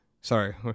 Sorry